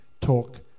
talk